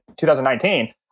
2019